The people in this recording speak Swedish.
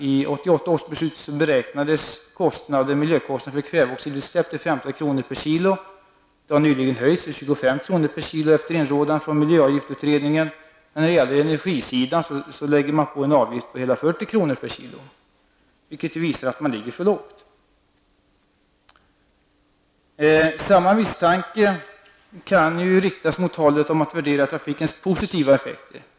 I 1988 års beslut beräknades kväveoxidutsläppen till 15 kr. per kg. På inrådan av miljöavgiftsutredningen har beloppet nyligen höjts till 25 kr. per kg. När det gäller energisidan lägger man på en avgift på hela 40 kr. per kg, vilket visar att man ligger för lågt. Samma misstanke kan ju riktas mot talet om att värdera trafikens positiva effekter.